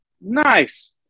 Nice